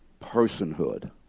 personhood